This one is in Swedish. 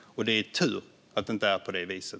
Det är tur att det inte är på det viset.